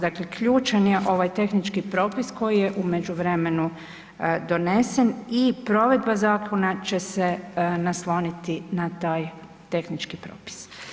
Dakle ključan je ovaj tehnički propis koji je u međuvremenu donesen i provedba zakona će se nasloniti na taj tehnički propis.